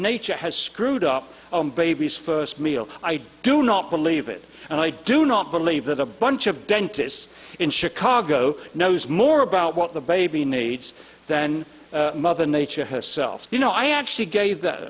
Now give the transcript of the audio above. nature has screwed up on baby's first meal i do not believe it and i do not believe that a bunch of dentists in chicago knows more about what the baby needs than mother nature herself you know i actually gave